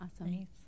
Awesome